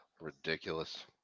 ridiculous